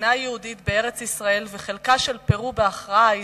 מדינה יהודית בארץ-ישראל וחלקה של פרו בהכרעה ההיסטורית.